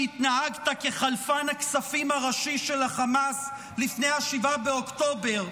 שהתנהגת כחלפן הכספים הראשי של החמאס לפני 7 באוקטובר,